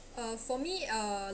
uh for me uh